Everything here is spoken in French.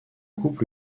couple